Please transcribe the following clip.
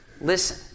listen